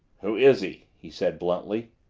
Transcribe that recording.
who is he? he said bluntly.